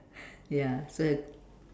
ya so it's